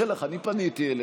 חבר הכנסת שלח, אני פניתי אליך,